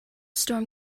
storm